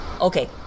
Okay